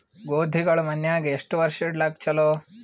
ಗೋಧಿಗಳು ಮನ್ಯಾಗ ಎಷ್ಟು ವರ್ಷ ಇಡಲಾಕ ಚಲೋ?